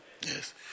Yes